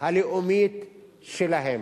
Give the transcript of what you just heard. הלאומית שלהם.